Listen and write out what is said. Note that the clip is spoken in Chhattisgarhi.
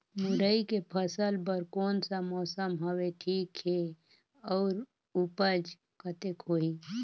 मुरई के फसल बर कोन सा मौसम हवे ठीक हे अउर ऊपज कतेक होही?